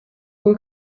kui